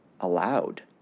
allowed